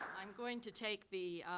i'm going to take the